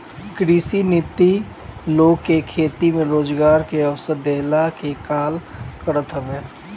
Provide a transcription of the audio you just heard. कृषि नीति लोग के खेती में रोजगार के अवसर देहला के काल करत हवे